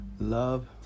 Love